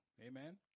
Amen